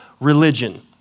Religion